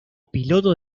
piloto